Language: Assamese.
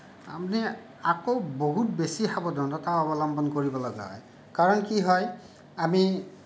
আমি আকৌ বহুত বেছি সাৱধানতা অৱলম্বন কৰিব লগা হয় কাৰণ কি হয় আমি